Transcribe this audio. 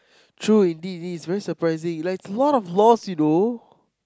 true indeed this is very surprising like a lot laws you know